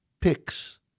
picks